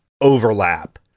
overlap